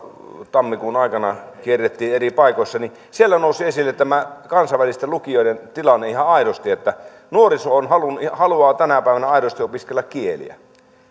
tammikuun aikana kun kierrettiin eri paikoissa niin siellä nousi esille kansainvälisten lukioiden tilanne ihan aidosti että nuoriso haluaa tänä päivänä aidosti opiskella kieliä